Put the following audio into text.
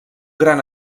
gran